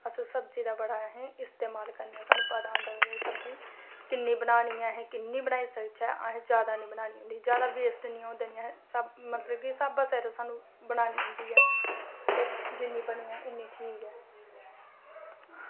अस सब्जी दा बड़ा अस इस्तेमाल करने सानूं पता होना चाहिदा कि एह् सब्जी किन्नी बनानी ऐ अस किन्नी बनाई सकचै असें जादै ना बनानी ऐ असें वेस्ट निं होन देनी ऐ मतलब कि स्हाबै सिर असेंगी बनाना औंदी ऐ ते जिन्नी बनी जा उन्नी ठीक ऐ